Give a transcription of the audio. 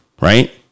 right